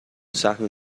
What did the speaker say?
سهم